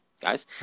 guys